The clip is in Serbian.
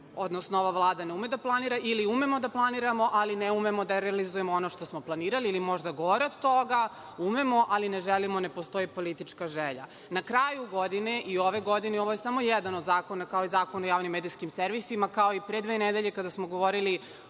odnosno ova Vlada ne ume da planira, ili umemo da planiramo, ali ne umemo da realizujemo ono što smo planirali, ili možda gore od toga umemo ali ne želimo, ne postoji politička želja. Na kraju godine, i ove godine, i ovo je samo jedan od zakona, kao i Zakon o javnim medijskim servisima, kao i pre dve nedelje kada smo govorili